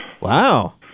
Wow